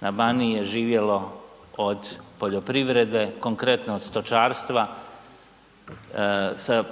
na Baniji je živjelo od poljoprivrede, konkretno od stočarstva sa